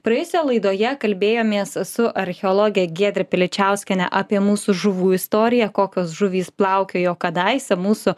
praėjusioje laidoje kalbėjomės su archeologe giedre piličiauskiene apie mūsų žuvų istoriją kokios žuvys plaukiojo kadaise mūsų